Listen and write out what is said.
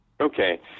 Okay